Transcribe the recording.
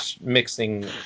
mixing